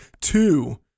Two